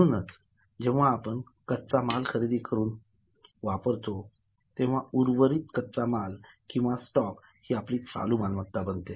म्हणूनच जेव्हा आपण कच्चा माल खरेदी करून वापरतो तेव्हा उर्वरितकच्चा माल किंवा स्टॉक हि आपली चालू मालमत्ता असते बनते